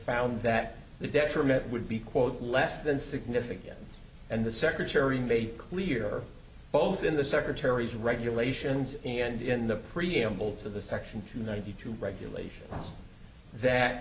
found that the detriment would be quote less than significant and the secretary made clear both in the secretary's regulations and in the preamble to the section ninety two regulation that